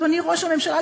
אדוני ראש הממשלה,